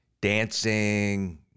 dancing